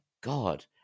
god